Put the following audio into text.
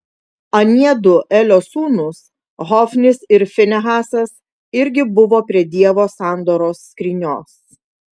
aniedu elio sūnūs hofnis ir finehasas irgi buvo prie dievo sandoros skrynios